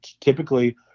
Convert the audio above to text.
typically